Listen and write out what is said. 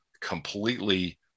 completely